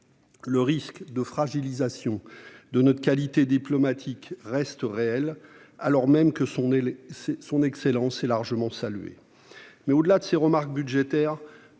Le risque de fragilisation de la qualité de notre diplomatie reste réel, alors même que son excellence est largement saluée. Au-delà de ces remarques budgétaires,